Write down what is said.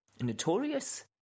notorious